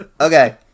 Okay